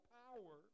power